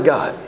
God